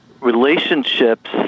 relationships